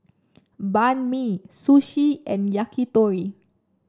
Banh Mi Sushi and Yakitori